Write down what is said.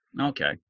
okay